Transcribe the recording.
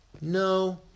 No